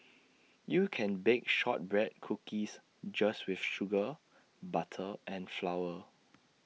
you can bake Shortbread Cookies just with sugar butter and flour